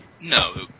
No